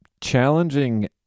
Challenging